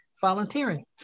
volunteering